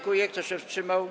Kto się wstrzymał?